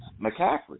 McCaffrey